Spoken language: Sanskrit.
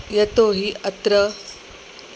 यतोहि अत्र